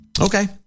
Okay